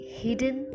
hidden